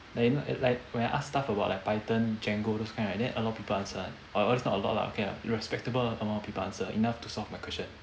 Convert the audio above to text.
then li~ like when I ask stuff about like python django those kind right then a lot of people answer err it's not a lot lah okay lah a respectable amount of people answer enough to solve my question